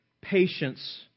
patience